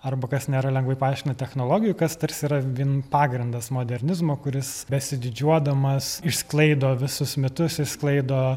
arba kas nėra lengvai paaiškina technologijų kas tarsi yra vien pagrindas modernizmo kuris besididžiuodamas išsklaido visus mitus išsklaido